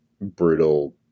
brutal